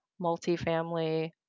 multifamily